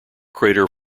crater